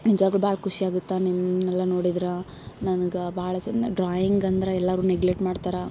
ನಿಜ್ವಾಗಲೂ ಭಾಳ್ ಖುಷಿ ಆಗಿತ್ತ ನಿಮ್ಮನ್ನೆಲ್ಲ ನೋಡಿದ್ರ ನನ್ಗೆ ಭಾಳ ಚಂದ ಡ್ರಾಯಿಂಗ್ ಅಂದ್ರ ಎಲ್ಲರು ನೆಗ್ಲೆಟ್ ಮಾಡ್ತಾರ